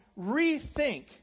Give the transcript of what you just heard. rethink